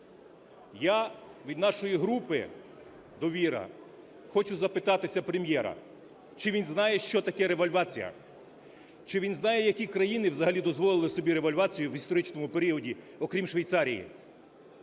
Я від нашої групи "Довіра" хочу запитати Прем'єра, чи він знає, що таке ревальвація, чи він знає, які країни взагалі дозволили собі ревальвацію в історичному періоді, окрім Швейцарії?